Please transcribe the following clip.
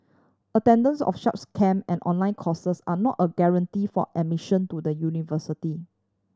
attendance of such camp and online courses are not a guarantee for admission to the university